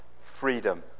freedom